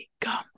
come